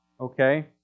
Okay